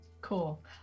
cool